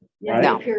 No